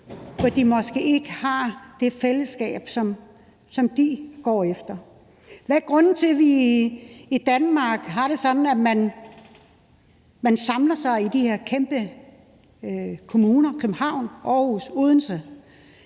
hvor de måske ikke har det fællesskab, som de går efter. Hvad er grunden til, at vi i Danmark har det sådan, at man samler sig i de her kæmpe kommuner, København, Aarhus, Odense,